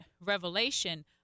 revelation